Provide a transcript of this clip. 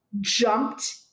jumped